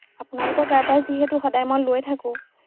আপোনালোকৰ তাৰপৰাই যিহেতু সদায় মই লৈ থাকোঁ